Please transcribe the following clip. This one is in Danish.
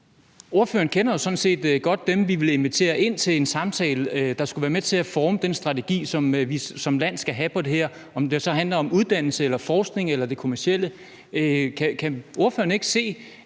sådan set godt dem, vi ville invitere ind til en samtale, og som skulle være med til at forme den strategi, som vi som land skal have for det her, om det så handler om uddannelse eller forskning eller det kommercielle. Kan ordføreren ikke se,